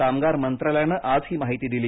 कामगार मंत्रालयानं आज ही माहिती दिली